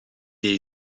est